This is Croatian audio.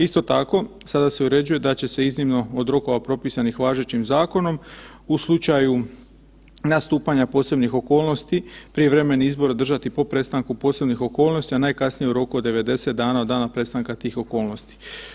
Isto tako, sada se uređuje da će se iznimno od rokova propisanih važećim zakonom u slučaju nastupanja posebnih okolnosti prijevremeni izbor održati po prestanku posebnih okolnosti, a najkasnije u roku od 90 dana od dana prestanka tih okolnosti.